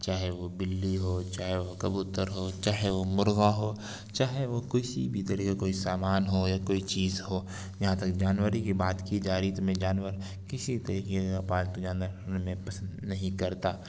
چاہے وہ بلی ہو چاہے وہ کبوتر ہو چاہے وہ مرغا ہو چاہے وہ کسی بھی طریقے کا کوئی سامان ہو یا کوئی چیز ہو یہاں تک جانور ہی کی بات کی جا رہی تو میں جانور کسی طریقے کا پالتو جانور میں پسند نہیں کرتا